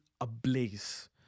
ablaze